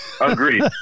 Agreed